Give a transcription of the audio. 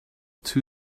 too